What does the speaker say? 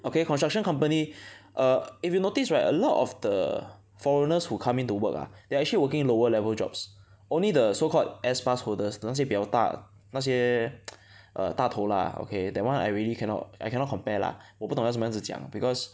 okay construction company err if you notice right a lot of the foreigners who come in to work ah they are actually working lower level jobs only the so called S pass holders 那些比较大那些 err 大头 lah okay that one I really cannot I cannot compare lah 我不懂要怎么样子讲 because